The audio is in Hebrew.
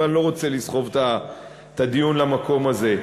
אבל אני לא רוצה לסחוב את הדיון למקום הזה.